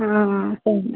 okay అండి